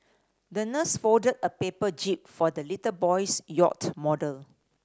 the nurse folded a paper jib for the little boy's yacht model